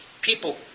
people